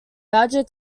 badger